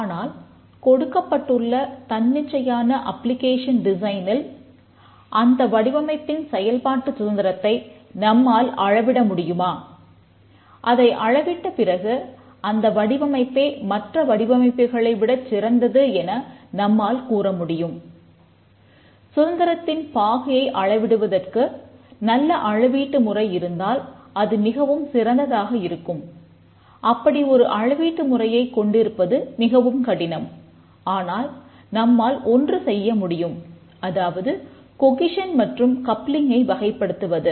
ஆனால் கொடுக்கப்பட்டுள்ள தன்னிச்சையான அப்ளிகேஷன் டிசைனில் வகைப்படுத்துவது